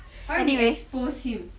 why we exposed him